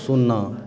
सुन्ना